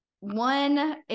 one